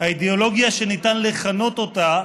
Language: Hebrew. האידיאולוגיה שניתן לכנות אותה: